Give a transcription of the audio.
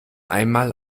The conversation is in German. einmal